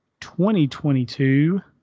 2022